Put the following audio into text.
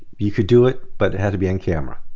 you could do it, but it had to be on camera.